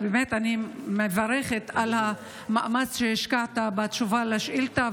אני מברכת על המאמץ שהשקעת בתשובה לשאילתה,